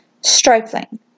stripling